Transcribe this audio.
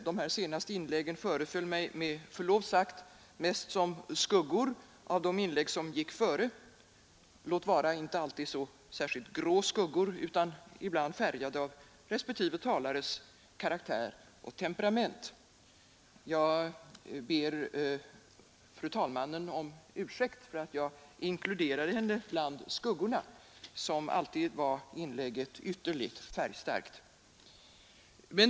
De senaste inläggen föreföll mig, med förlov sagt, mest som skuggor av de inlägg som gjorts tidigare — låt vara inte alltid så grå skuggor utan ibland färgade av respektive talares karaktär och temperament. Jag ber fru talmannen om ursäkt för att jag inkluderar henne bland skuggorna; som alltid var hennes inlägg ytterligt färgstarkt.